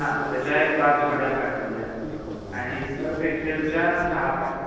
हां त्याच्या एक पाच वड्या पाठवून द्या आणि सर्फएक्सेलच्या सहा पाठवा